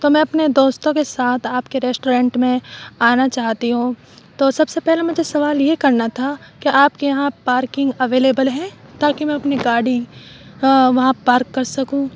تو میں اپنے دوستوں کے ساتھ آپ کے ریسٹورنٹ میں آنا چاہتی ہوں تو سب سے پہلے مجھے سوال یہ کرنا تھا کہ آپ کے یہاں پارکنگ اویلیبل ہے تاکہ میں اپنی گاڑی وہاں پارک کر سکوں